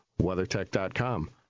WeatherTech.com